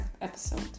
episode